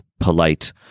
polite